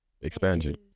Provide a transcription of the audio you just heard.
expansion